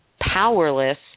powerless